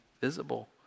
visible